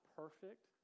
perfect